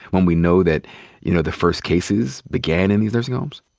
when we know that you know the first cases began in these nursing homes.